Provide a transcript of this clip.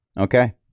Okay